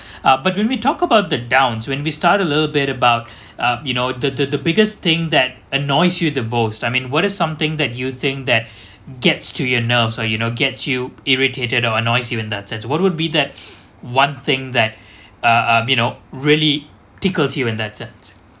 ah but when we talk about the downs when we start a little bit about uh you know the the biggest thing that annoys you the most I mean what is something that you think that gets to your nerves or you know get you irritated or annoys you in that sense what would be that one thing that uh uh you know really tickled to you and that's it